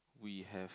we have